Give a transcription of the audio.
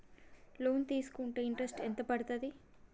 Loan తీస్కుంటే interest ఎంత పడ్తది?